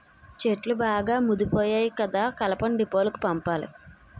చెట్లు బాగా ముదిపోయాయి కదా కలపను డీపోలకు పంపాలి